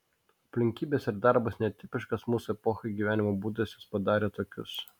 aplinkybės ir darbas netipiškas mūsų epochai gyvenimo būdas juos padarė tokius